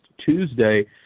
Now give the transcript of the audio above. Tuesday